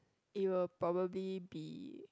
it will probably be